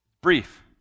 Brief